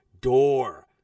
door